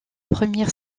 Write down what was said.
première